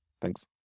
Thanks